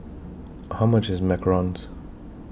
How much IS Macarons